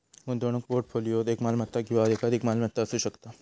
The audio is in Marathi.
गुंतवणूक पोर्टफोलिओत एक मालमत्ता किंवा एकाधिक मालमत्ता असू शकता